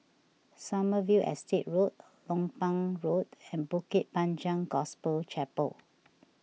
Sommerville Estate Road Lompang Road and Bukit Panjang Gospel Chapel